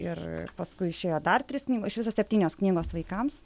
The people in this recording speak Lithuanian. ir paskui išėjo dar trys knyg iš viso septynios knygos vaikams